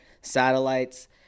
satellites